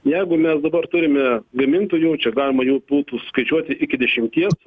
jeigu mes dabar turime gamintojų čia galima jų būtų suskaičiuoti iki dešimties